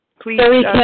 please